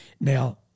Now